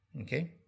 Okay